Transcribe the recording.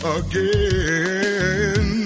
again